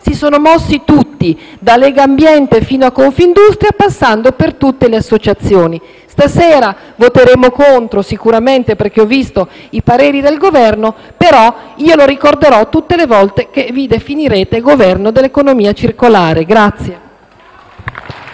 si sono mossi tutti, da Legambiente fino a Confindustria, passando per tutte le associazioni. Stasera l'emendamento sicuramente sarà respinto perché ho visto i pareri del Governo, però lo ricorderò tutte le volte che vi definirete Governo dell'economia circolare.